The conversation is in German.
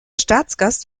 staatsgast